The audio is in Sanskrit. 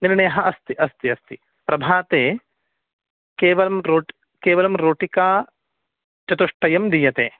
निर्णयः अस्ति अस्ति प्रभाते केवलं रोट् केवलं रोटिका चतुष्टयं दीयते